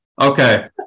okay